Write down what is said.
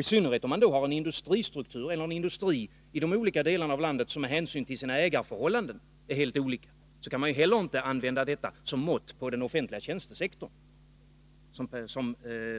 I synnerhet om man har en industristruktur eller en industri i de olika delarna av landet som med hänsyn till sina ägarförhållanden är helt olika, kan inte en sådan procentandel användas som mått på den offentliga tjänstesektorns storlek, som